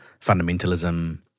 fundamentalism